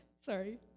sorry